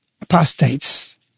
apostates